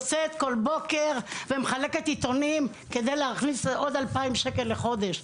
היא יוצאת כל בוקר ומחלקת עיתונים וזה על מנת להכניס עוד 2,000 ₪ בחודש.